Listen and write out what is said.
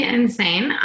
insane